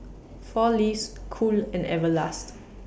four Leaves Cool and Everlast